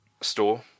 store